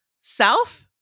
south